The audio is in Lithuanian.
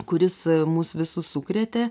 kuris mus visus sukrėtė